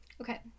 Okay